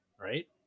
right